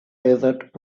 desert